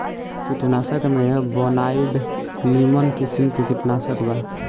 कीटनाशक में बोनाइड निमन किसिम के कीटनाशक बा